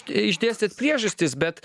išdėstėt priežastis bet